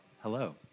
hello